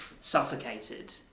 suffocated